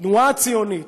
והעולים מאירופה,